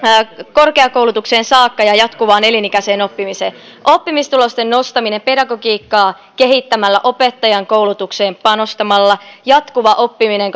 korkeakoulutukseen saakka ja jatkuvaan elinikäiseen oppimiseen oppimistulosten nostamiseen pedagogiikkaa kehittämällä opettajankoulutukseen panostamalla jatkuvaan oppimiseen